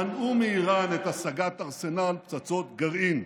מנעו מאיראן את השגת ארסנל פצצות גרעין,